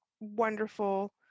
wonderful